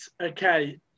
Okay